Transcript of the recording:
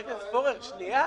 חבר הכנסת פורר, שנייה.